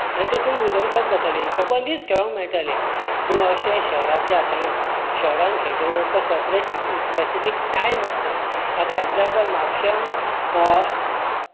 आनी तातूंत उदरगत जाताली सबंद दीस खेळूंक मेळटाले पूण अशें शहरांनी आसना शहरांत खेळटना आमकां सॅपरेट स्पेसिफीक टायम आसता आतां एग्जाम्पल म्हापशां